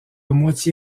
moitié